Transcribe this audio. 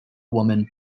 woman